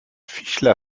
fischler